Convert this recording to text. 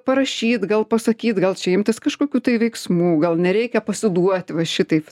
parašyt gal pasakyt gal čia imtis kažkokių tai veiksmų gal nereikia pasiduoti va šitaip